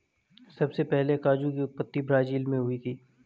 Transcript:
सबसे पहले काजू की उत्पत्ति ब्राज़ील मैं हुई थी